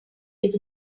it’s